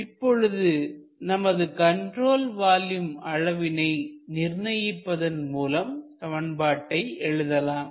இப்பொழுது நமது control volume அளவினை நிர்ணயிப்பதன் மூலம் சமன்பாட்டை எழுதலாம்